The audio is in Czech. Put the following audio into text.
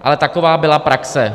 Ale taková byla praxe.